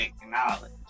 acknowledge